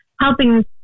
helping